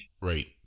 Right